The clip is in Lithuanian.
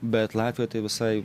bet latvijoj tai visai